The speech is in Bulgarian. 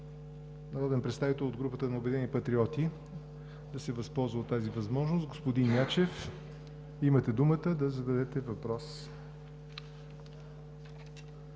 народен представител от групата на „Обединени патриоти“ да се възползва от тази възможност. Господин Ячев, имате думата да зададете въпрос.